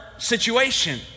situation